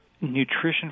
Nutrition